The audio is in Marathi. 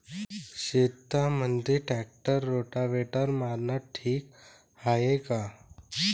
शेतामंदी ट्रॅक्टर रोटावेटर मारनं ठीक हाये का?